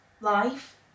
life